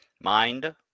Mind